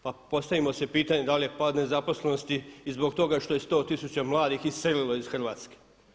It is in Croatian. Pa postavimo si pitanje da li je pad nezaposlenosti i zbog toga što je 100 tisuća mladih iselilo iz Hrvatske.